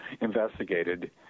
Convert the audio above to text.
investigated